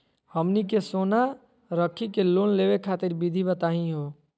हमनी के सोना रखी के लोन लेवे खातीर विधि बताही हो?